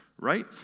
right